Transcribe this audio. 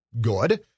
good